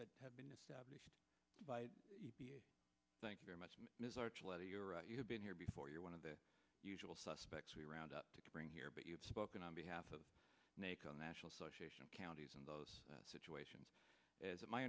that have been thank you very much you have been here before you're one of the usual suspects we round up to bring here but you've spoken on behalf of nato national association of counties in those situations is my